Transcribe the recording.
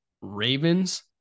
Ravens